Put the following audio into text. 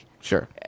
Sure